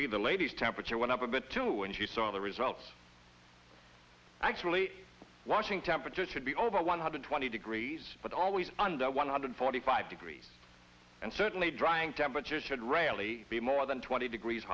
be the lady's temperature went up a bit too and you saw the results actually watching temperatures should be over one hundred twenty degrees but always under one hundred forty five degrees and certainly drying temperatures should rarely be more than twenty degrees